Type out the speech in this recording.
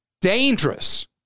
Dangerous